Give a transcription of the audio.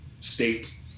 state